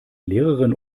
lehrerin